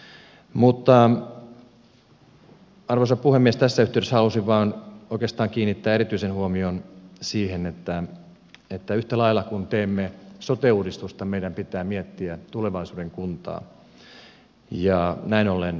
mutta arvoisa puhemies tässä yhteydessä halusin vain oikeastaan kiinnittää erityisen huomion siihen että yhtä lailla kun teemme sote uudistusta meidän pitää miettiä tulevaisuuden kuntaa ja näin ollen suomi tarvitsee kuntauudistuksen